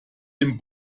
dem